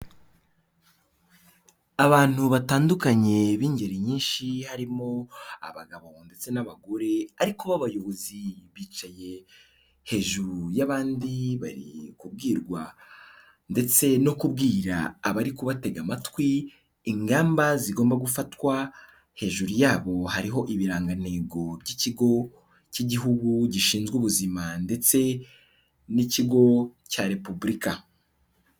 Abantu batandukanye b'ingeri nyinshi, harimo abagabo ndetse n'abagore, ariko b'abayobozi, bicaye hejuru y'abandi bari kubwirwa ndetse no kubwira abari kubatega amatwi, ingamba zigomba gufatwa, hejuru yabo hariho ibirangantego by'Ikigo cy'Igihugu gishinzwe Ubuzima, ndetse n'ikigo cya Repubulika.